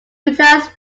utilize